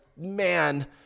man